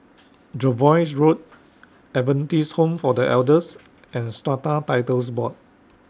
Jervois Road Adventist Home For The Elders and Strata Titles Board